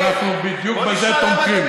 אנחנו בדיוק בזה תומכים.